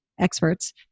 experts